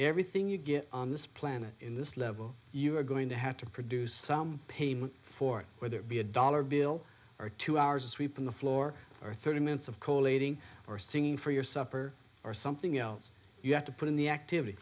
everything you get on this planet in this level you are going to have to produce some payment for it whether it be a dollar bill or two hours sweeping the floor or thirty minutes of co leading or singing for your supper or something else you have to put in the activity